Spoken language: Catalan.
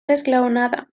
esglaonada